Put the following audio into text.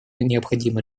необходимо